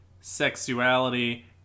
sexuality